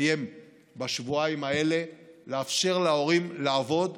להתקיים בשבועיים האלה ולאפשר להורים לעבוד.